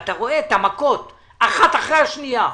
אתה רואה את המכות אחת אחרי השנייה.